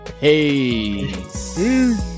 Hey